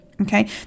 okay